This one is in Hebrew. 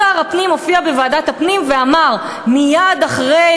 שר הפנים הופיע בוועדת הפנים ואמר: מייד אחרי